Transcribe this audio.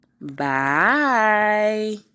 Bye